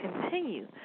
continue